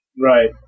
Right